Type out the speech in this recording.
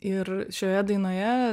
ir šioje dainoje